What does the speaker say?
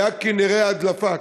הייתה כנראה הדלפה,